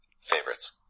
favorites